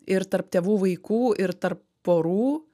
ir tarp tėvų vaikų ir tarp porų